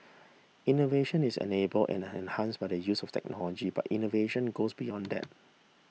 innovation is enabled and enhanced by the use of technology but innovation goes beyond that